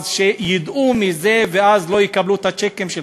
ידעו מזה, ואז לא יקבלו את הצ'קים שלך.